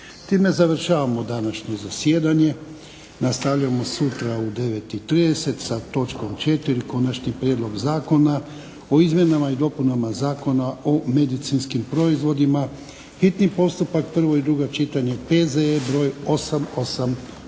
Time završavamo današnje zasjedanje. Nastavljamo sutra u 9,30 sa točkom 4., Konačni prijedlog zakona o izmjenama i dopunama Zakona o medicinskim proizvodima, hitni postupak, prvo i drugo čitanje, P.Z.E. br. 885.